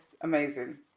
amazing